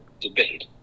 debate